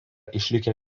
išlikę